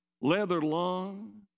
leather-lung